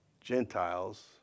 Gentiles